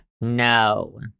No